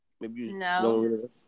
No